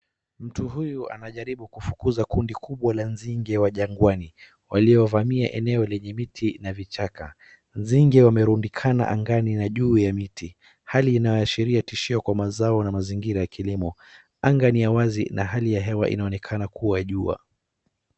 Mtu huyu anajaribu kufukuza kundi kubwa la nzige wa jangwani waliovamia eneo lenye miti na vichaka. Nzige wamerundikana angani na juu ya miti, hali inayoashiria tishio kwa mazao na mazingira ya kilimo, anga ni ya wazi na hali ya hewa inaonekana kuwa jua.